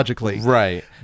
Right